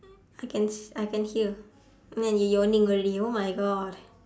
I can I can hear then you yawning already oh my god